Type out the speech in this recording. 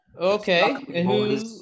Okay